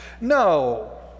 No